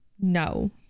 No